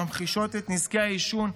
הממחישות את נזקי העישון,